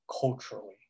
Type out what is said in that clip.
culturally